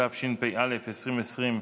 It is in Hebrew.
התשפ"א 2020,